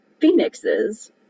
phoenixes